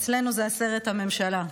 אצלנו זה הסרט "הממשלה".